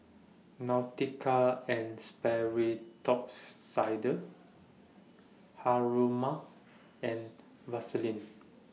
Nautica and Sperry Top Sider Haruma and Vaseline